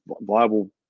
viable